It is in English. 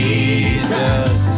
Jesus